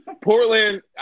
Portland